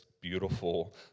beautiful